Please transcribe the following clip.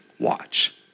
watch